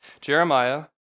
Jeremiah